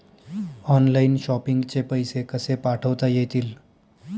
Online shopping चे पैसे कसे पाठवता येतील?